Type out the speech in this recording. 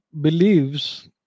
believes